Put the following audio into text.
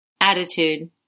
Attitude